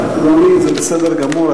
זה בסדר גמור.